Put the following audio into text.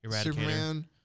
Superman